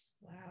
Wow